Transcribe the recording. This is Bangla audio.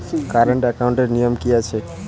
কারেন্ট একাউন্টের নিয়ম কী আছে?